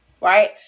right